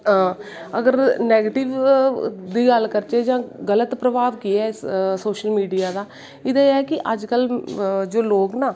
अगर नैगिटिव दी गल्ल करदै जां गल्त प्रभाव केह् ऐ सोशल मीडिया दा एह्दा ऐ कि अज कल जो लोग ना